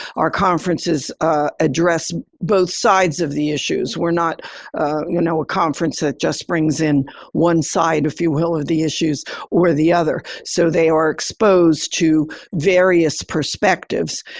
our conferences ah address both sides of the issues. we're not, you know, a conference that just brings in one side, if you will, of the issues or the other, so they are exposed to various perspectives.